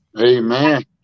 Amen